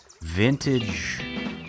vintage